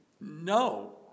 no